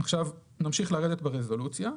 נמשיך לרדת ברזולוציה.